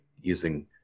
using